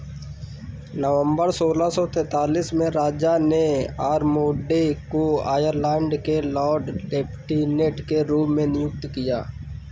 नवम्बर सोलह सौ तैतालिस में राजा ने ऑरमोड्डे को आयरलैंड के लॉर्ड लेफ्टिनेंट के रूप में नियुक्त किया